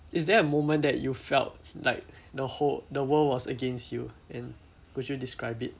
is there a moment that you felt like the whole the world was against you and could you describe it